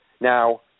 now